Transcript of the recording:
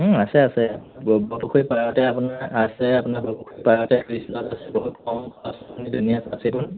অ আছে আছে বৰপুখুৰী পাৰতে আপোনাৰ আছে আপোনাৰ বৰপুখুৰী পাৰতে